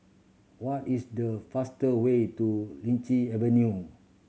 what is the faster way to Lichi Avenue